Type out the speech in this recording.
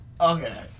Okay